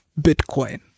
Bitcoin